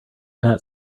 pat